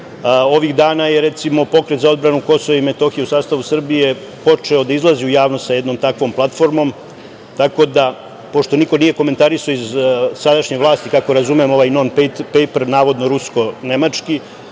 dana je, recimo, Pokret za odbranu KiM u sastavu Srbije počeo da izlazi u javnost sa jednom takvom platformom, tako da pošto niko nije komentarisao iz sadašnje vlasti, kako razumem ovaj "non pejper", navodno rusko-nemački,